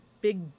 big